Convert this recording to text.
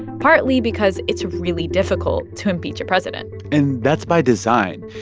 partly because it's really difficult to impeach a president and that's by design.